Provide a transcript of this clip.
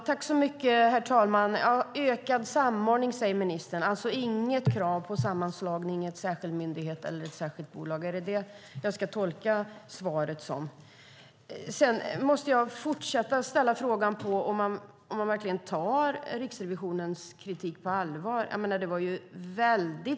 Herr talman! Ministern talar om ökad samordning, det vill säga inget krav på en sammanslagning, en särskild myndighet eller ett särskilt bolag. Är det så jag ska tolka svaret? Jag undrar fortfarande om ministern tar Riksrevisionens kritik på allvar. Det var svidande kritik.